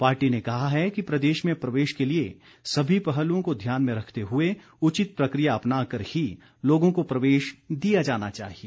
party ने कहा है कि प्रदेश में प्रवेश के लिए सभी पहलुओं को ध्यान में रखते हुए उचित प्रक्रिया अपनाकर ही लोगों को प्रवेश दिया जाना चाहिए